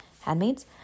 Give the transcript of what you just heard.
handmaids